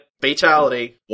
fatality